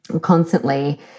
constantly